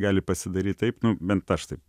gali pasidaryti taip bent aš taip